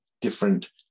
different